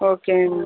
ஓகேங்க